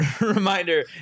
Reminder